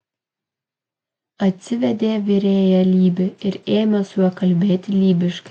atsivedė virėją lybį ir ėmė su juo kalbėti lybiškai